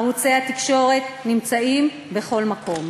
ערוצי התקשורת נמצאים בכל מקום.